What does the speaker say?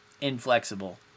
inflexible